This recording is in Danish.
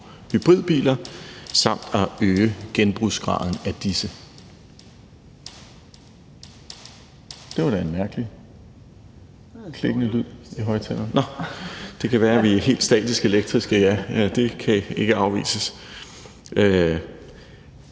hybridbiler samt at øge genbrugsgraden af disse